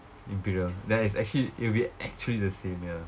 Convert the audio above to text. imperial that is actually it'll be actually the same here